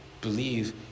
believe